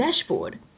Dashboard